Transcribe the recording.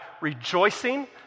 rejoicing